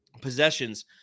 possessions